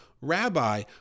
Rabbi